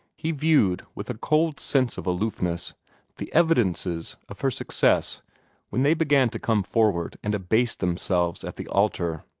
he viewed with a cold sense of aloofness the evidences of her success when they began to come forward and abase themselves at the altar.